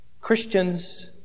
Christians